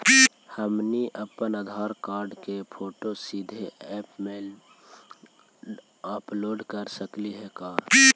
हमनी अप्पन आधार कार्ड के फोटो सीधे ऐप में अपलोड कर सकली हे का?